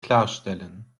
klarstellen